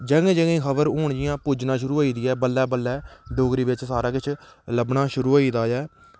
जगह जगह दी खबर हून पुज्जना शुरू होई गेई ऐ बल्लें बल्लें डोगरी बिच लब्भना सारा किश शुरू होई गेदा ऐ